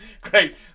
Great